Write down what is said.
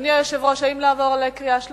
אדוני היושב-ראש, האם לעבור לקריאה שלישית?